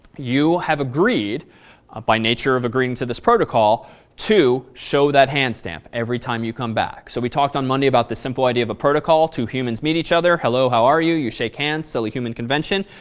you have agreed by nature of agreeing to this to show that hand stamp every time you come back. so we talked on monday about the simple idea of a protocol two humans meet each other, hello, how are you, you shake hands, totally human convention.